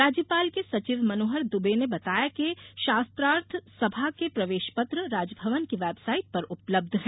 राज्यपाल के सचिव मनोहर दुबे ने बताया कि शास्त्रार्थ सभा के प्रवेश पत्र राजभवन की वेबसाइट पर उपलब्ध हैं